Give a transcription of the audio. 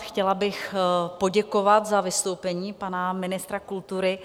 Chtěla bych poděkovat za vystoupení pana ministra kultury.